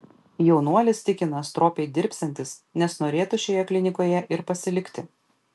jaunuolis tikina stropiai dirbsiantis nes norėtų šioje klinikoje ir pasilikti